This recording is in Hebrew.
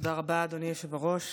תודה רבה, אדוני היושב-ראש.